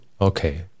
Okay